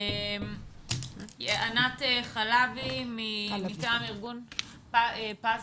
ענת חלבי מטעם ארגון פאזל.